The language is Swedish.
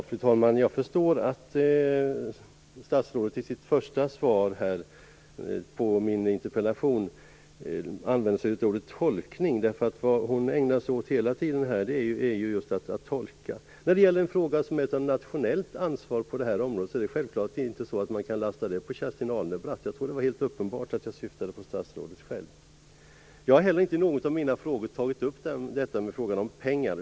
Fru talman! Jag förstår att statsrådet i svaret på min interpellation använder ordet tolkning, eftersom hon hela tiden ägnar sig just åt att tolka. En fråga som gäller ett nationellt ansvar på det här området kan man självfallet inte lasta på Kerstin Alnebratt. Jag trodde att det var uppenbart att jag syftade på statsrådet själv. Jag har heller inte i någon av mina frågor tagit upp frågan om pengar.